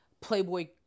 Playboy